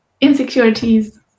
insecurities